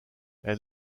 elle